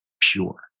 pure